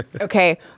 okay